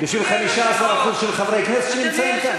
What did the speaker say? בשביל 15% של חברי הכנסת שנמצאים כאן?